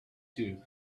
two